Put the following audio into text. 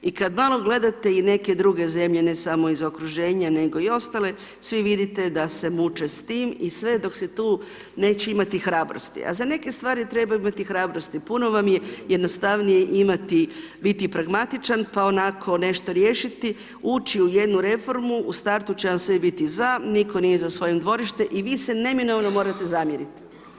I kad malo gledate i neke druge zemlje ne samo iz okruženja, nego i ostale svi vidite da se muče s tim i sve dok se tu neće imati hrabrosti, a za neke stvari treba imati hrabrosti puno vam je jednostavnije imati biti pragmatičan pa onako nešto riješiti ući u jednu reformu, u startu će vam sve biti za niko nije za svojim dvorište i vi se neminovno morate zamjeriti.